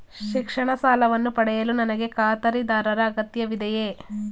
ಶಿಕ್ಷಣ ಸಾಲವನ್ನು ಪಡೆಯಲು ನನಗೆ ಖಾತರಿದಾರರ ಅಗತ್ಯವಿದೆಯೇ?